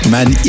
Man